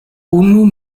unu